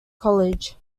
college